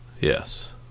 Yes